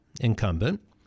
incumbent